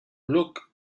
look